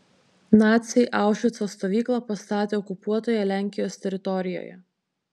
naciai aušvico stovyklą pastatė okupuotoje lenkijos teritorijoje